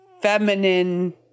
feminine